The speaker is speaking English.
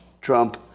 Trump